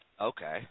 Okay